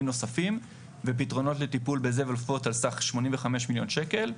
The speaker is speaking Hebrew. נוספים ופתרונות לטיפול --- על סך 85 מיליון שקלים.